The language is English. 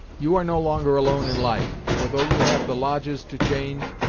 you are no longer alone in life, for though you have the lodges to change,